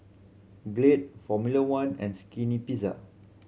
Glade Formula One and Skinny Pizza